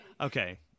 Okay